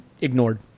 ignored